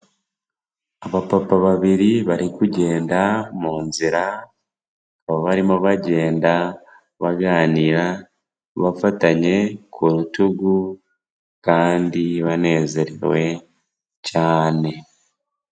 Aba papa babiri bari kugenda mu nzira, baba barimo bagenda baganira bafatanye ku rutugu kandi banezerewe cyane.